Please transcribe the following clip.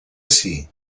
ací